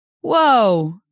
Whoa